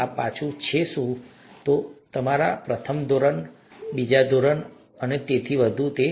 આ પાછું છે તમારા પ્રથમ ધોરણ પ્રથમ ધોરણ બીજા ધોરણ અને તેથી વધુમાં હોઈ શકે છે